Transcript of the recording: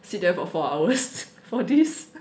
sit there for four hours for this